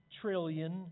trillion